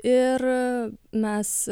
ir mes